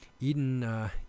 Eden